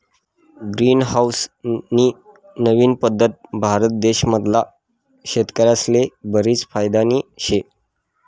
green house नी नवीन पद्धत भारत देश मधला शेतकरीस्ले बरीच फायदानी शे